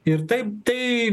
ir taip tai